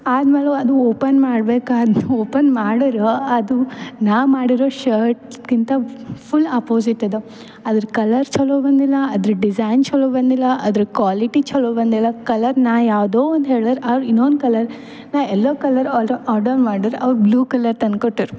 ಆದಮೇಲು ಅದು ಓಪನ್ ಮಾಡಬೇಕಾದ್ದು ಓಪನ್ ಮಾಡಿರು ಅದು ನಾ ಮಾಡಿರೋ ಶರ್ಟ್ಕ್ಕಿಂತ ಫುಲ್ ಆಪ್ಪೋಸಿಟ್ ಅದ ಅದ್ರ ಕಲರ್ ಛಲೋ ಬಂದಿಲ್ಲ ಅದರ ಡಿಸೈನ್ ಛಲೋ ಬಂದಿಲ್ಲ ಅದ್ರ ಕ್ವಾಲಿಟಿ ಛಲೋ ಬಂದಿಲ್ಲ ಕಲರ್ ನಾ ಯಾವುದೋ ಒಂದು ಹೇಳೆರ್ ಅವ್ರ್ ಇನ್ನೊಂದು ಕಲರ್ ನಾ ಯೆಲ್ಲೋ ಕಲರ್ ಆರ್ ಆರ್ಡರ್ ಮಾಡಿರ್ ಅವ್ರು ಬ್ಲೂ ಕಲರ್ ತಂದು ಕೊಟ್ಟಿರು